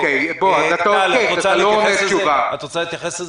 את רוצה להתייחס לזה?